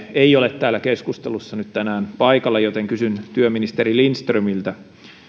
ei ole täällä keskustelussa nyt tänään paikalla joten kysyn työministeri lindströmiltä